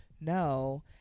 no